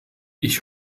ich